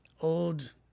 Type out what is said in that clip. old